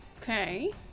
Okay